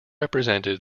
represented